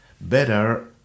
better